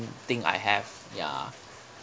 think I have ya